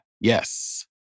Yes